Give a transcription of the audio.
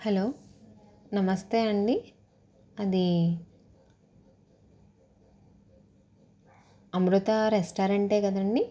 hello నమస్తే అండి అది అమృత రెస్టారెంటే కదండి